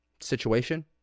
situation